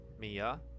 Mia